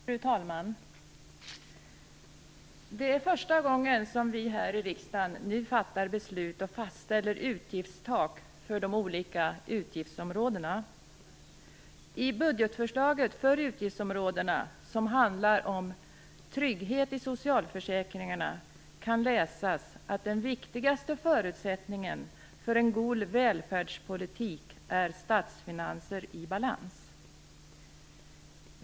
Fru talman! Det är första gången som vi här i riksdagen nu fattar beslut om och fastställer utgiftstak för de olika utgiftsområdena. I budgetförslaget för utgiftsområdena som handlar om trygghet i socialförsäkringarna kan läsas att den viktigaste förutsättningen för en god välfärdspolitik är statsfinanser i balans.